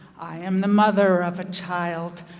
i am the mother of a child,